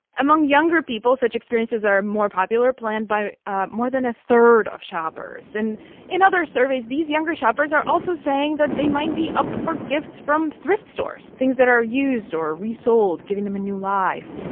among younger people, such experiences are more popular, planned by ah more than a third of shoppers. and in other surveys, these younger shoppers are also saying that they might be up for gifts from thrift stores, things that are used or resold, giving them a new life.